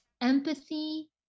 empathy